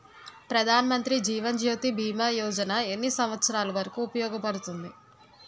ప్రధాన్ మంత్రి జీవన్ జ్యోతి భీమా యోజన ఎన్ని సంవత్సారాలు వరకు ఉపయోగపడుతుంది?